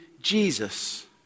Jesus